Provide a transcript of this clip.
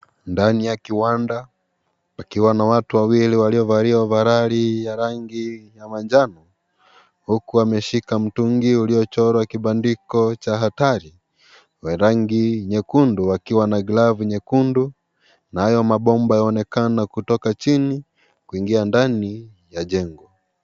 Ndani ya kiwanda, pakiwa na watu wawili, waliovalia ovaroli ya rangi ya manjano. Huku wameshika mtungi uliyochorwa kibandiko cha hatari, wa rangi nyekundu wakiwa na glovu nyekundu. Nayo mabomba yaonekana kutoka chini kuingia ndani ya jengo.